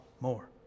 more